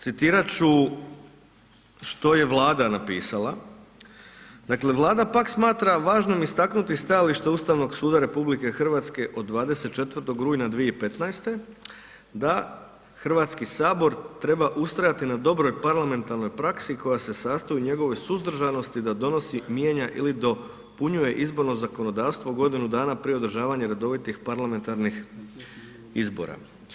Citirat ću što je Vlada napisala, dakle Vlada pak smatra važnom istaknuti stajalište Ustavnog suda RH od 24. rujna 2015. da HS treba ustrajati na dobroj parlamentarnoj praksi koja se sastoji u njegovoj suzdržanosti da donosi, mijenja ili dopunjuje izborno zakonodavstvo godinu dana prije održavanja redovitih parlamentarnih izbora.